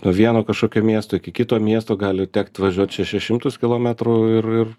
nuo vieno kažkokio miesto iki kito miesto gali tekt važiuot šešis šimtus kilometrų ir ir